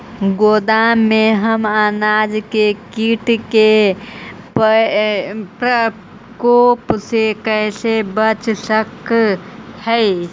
गोदाम में हम अनाज के किट के प्रकोप से कैसे बचा सक हिय?